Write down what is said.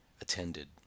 attended